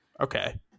Okay